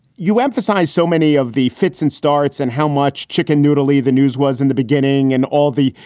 you emphasize so many of the fits and starts and how much chicken noodle leave the news was in the beginning and all the,